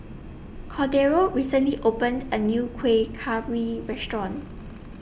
Cordero recently opened A New Kueh Kaswi Restaurant